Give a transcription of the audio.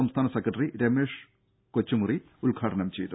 സംസ്ഥാന സെക്രട്ടറി രമേശ് കൊച്ചുമുറി ഉദ്ഘാടനം ചെയ്തു